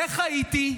איך הייתי?